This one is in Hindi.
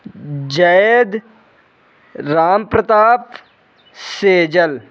जेयद रामप्रताप शेजल